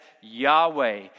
Yahweh